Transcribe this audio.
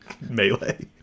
melee